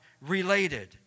related